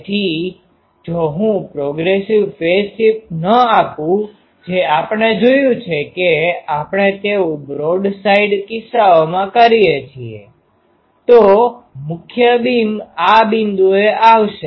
તેથી જો હું પ્રોગ્રેસીવ ફેઝ શિફ્ટ ન આપું જે આપણે જોયું છે કે આપણે તેવુ બ્રોડ સાઇડ કિસ્સાઓમાં કરીએ છીએ તો મુખ્ય બીમ આ બિંદુએ આવશે